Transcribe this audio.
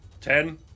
Ten